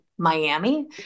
Miami